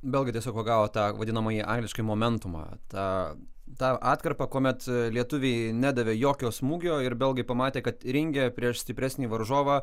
belgai tiesiog pagavo tą vadinamąjį angliškai momentumą tą tą atkarpą kuomet lietuviai nedavė jokio smūgio ir belgai pamatė kad ringe prieš stipresnį varžovą